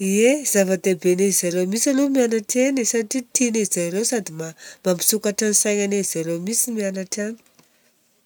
Ie, zava-dehibe an'izy ireo mintsy aloha mianatra eny e, satria tian'izy ireo sady mampisokatra ny saignanarizareo mintsy mianatra any.